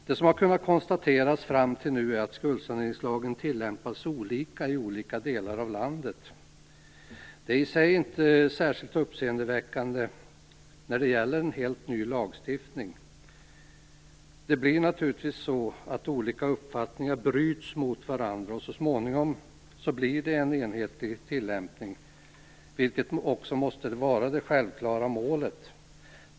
Det som har kunnat konstateras fram till nu är att skuldsaneringslagen tillämpas olika i olika delar av landet. Det är i sig inte särskilt uppseendeväckande när det gäller en helt ny lagstiftning. Det blir naturligtvis så, att olika uppfattningar bryts mot varandra. Så småningom blir det en enhetlig tillämpning, vilket också måste vara det självklara målet.